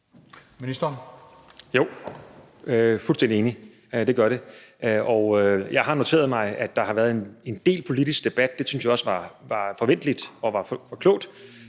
Jeg er fuldstændig enig. Det gør det. Jeg har noteret mig, at der har været en del politisk debat. Det synes jeg også var forventeligt og klogt.